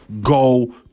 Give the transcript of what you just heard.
go